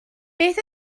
beth